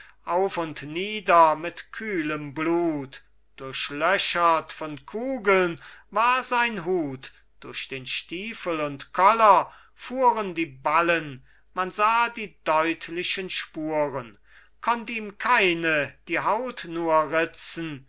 auf und nieder mit kühlem blut durchlöchert von kugeln war sein hut durch den stiefel und koller fuhren die ballen man sah die deutlichen spuren konnt ihm keine die haut nur ritzen